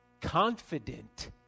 confident